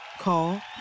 Call